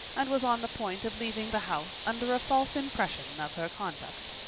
and was on the point of leaving the house under a false impression of her conduct.